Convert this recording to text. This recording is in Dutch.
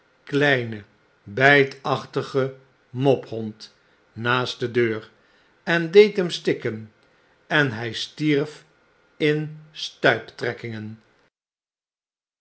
kleinen bjjtachtigen mophond naast de deur en deed hem stikken en hij stierf in